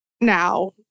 now